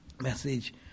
message